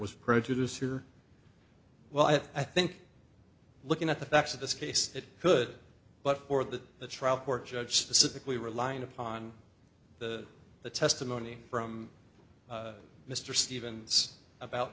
was prejudice here well i think looking at the facts of this case it could but for that the trial court judge specifically relying upon the testimony from mr stevens about